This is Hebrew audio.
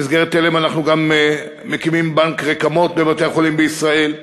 במסגרת תל"מ אנחנו גם מקימים בנק רקמות בבתי-החולים בישראל.